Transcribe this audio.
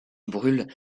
brûlent